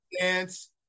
dance